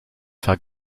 faire